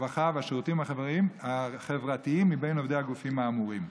הרווחה והשירותים החברתיים מבין עובדי הגופים האמורים.